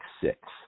six